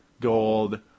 gold